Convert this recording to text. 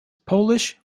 polish